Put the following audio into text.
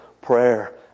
prayer